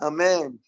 Amen